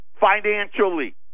financially